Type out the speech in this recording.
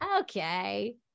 Okay